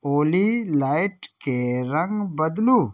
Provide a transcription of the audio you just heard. ऑली लाइटके रंग बदलू